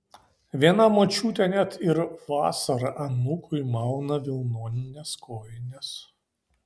viena močiutė net ir vasarą anūkui mauna vilnones kojines